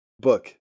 book